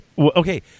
Okay